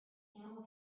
camel